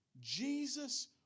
Jesus